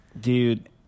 Dude